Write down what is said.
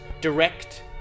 direct